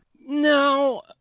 No